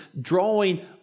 drawing